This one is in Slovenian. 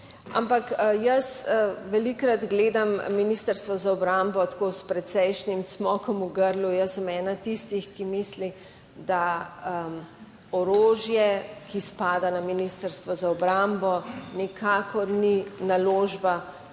Ampak jaz velikokrat gledam Ministrstvo za obrambo tako, s precejšnjim cmokom v grlu. Jaz sem ena tistih, ki misli, da orožje, ki spada na Ministrstvo za obrambo, nikakor ni naložba